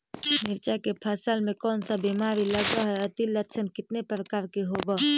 मीरचा के फसल मे कोन सा बीमारी लगहय, अती लक्षण कितने प्रकार के होब?